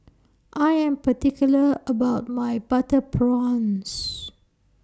I Am particular about My Butter Prawns